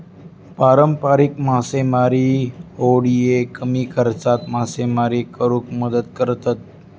पारंपारिक मासेमारी होडिये कमी खर्चात मासेमारी करुक मदत करतत